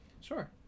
Sure